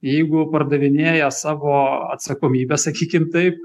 jeigu pardavinėja savo atsakomybę sakykim taip